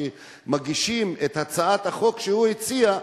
שכשמגישים את הצעת החוק שהוא הציע,